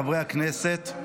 חברי הכנסת,